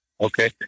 Okay